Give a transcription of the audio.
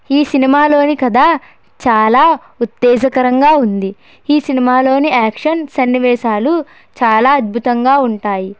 ఈ సినిమాలోని కథ చాలా ఉత్తేజకరంగా ఉంది ఈ సినిమాలోని యాక్షన్ సన్నివేశాలు చాలా అద్భుతంగా ఉంటాయి